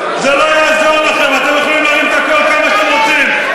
אתם יכולים לצעוק כמה שאתם רוצים,